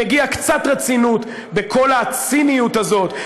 מגיעה קצת רצינות בכל הציניות הזאת,